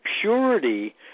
purity